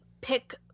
pick